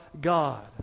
God